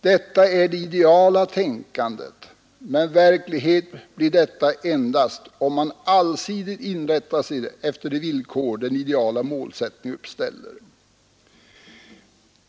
Detta är det ideala tänkandet, men verklighet blir det endast om man allsidigt inrättar sig efter de villkor den ideala målsättningen uppställer.